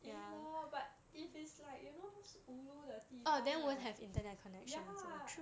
indoor but if it's like you know those ulu 的地方 right ya